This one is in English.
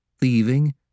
thieving